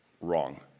wrong